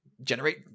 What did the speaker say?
generate